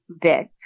bit